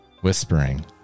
Whispering